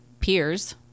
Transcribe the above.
peers